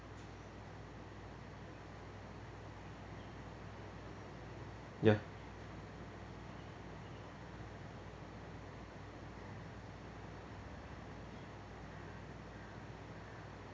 ya